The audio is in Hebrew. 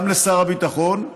גם לשר הביטחון,